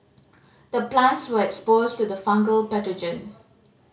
the plants were exposed to the fungal pathogen